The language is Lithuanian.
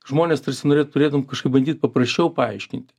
žmones tarsi norėt norėtum kažkaip bandyt papraščiau paaiškinti